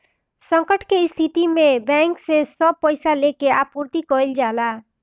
संकट के स्थिति में बैंक से सब पईसा लेके आपूर्ति कईल जाला